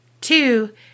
Two